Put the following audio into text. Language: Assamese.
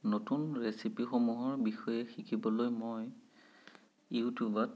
নতুন ৰেচিপি সমূহৰ বিষয়ে শিকিবলৈ মই ইউটিউবত